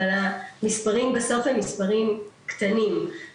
אבל המספרים בסוף הם מספרים קטנים,